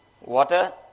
Water